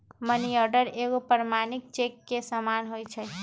money order एगो प्रमाणिक cheque के समान होइ छै